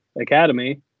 academy